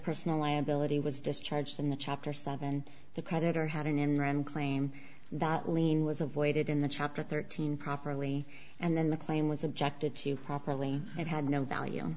personal liability was discharged in the chapter seven the creditor had an interim claim that lien was avoided in the chapter thirteen properly and then the claim was objected to properly it had no value